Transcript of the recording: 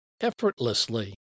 effortlessly